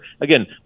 Again